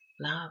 love